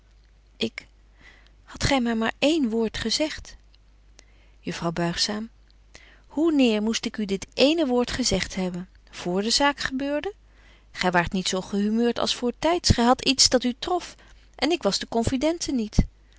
ik hadt gy my maar één woord gezegt juffrouw buigzaam hoeneer moest ik u dit ééne woord gezegt hebben vr de zaak gebeurde gy waart niet zo gehumeurt als voortyds gy hadt iets dat u trof en ik was de confidente niet